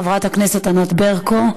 של חברת הכנסת ענת ברקו,